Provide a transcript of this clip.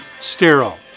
sterile